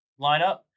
lineup